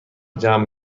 جمع